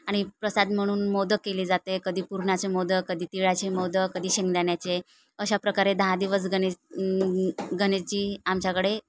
आणि प्रसाद म्हणून मोदक केले जाते कधी पुरणाचे मोदक कधी तिळाचे मोदक कधी शेंगदाण्याचे अशा प्रकारे दहा दिवस गणे गणेशजी आमच्याकडे